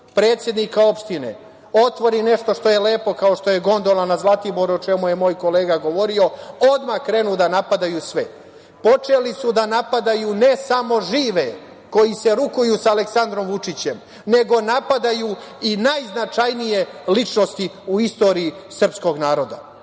predsednika opštine, otvori nešto što je lepo, kao što je gondola na Zlatiboru, o čemu je moj kolega govorio, odmah krenu da napadaju sve. Počeli su da napadaju ne samo žive koji se rukuju sa Aleksandrom Vučićem, nego napadaju i najznačajnije ličnosti u istoriji srpskog naroda. Prema